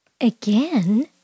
Again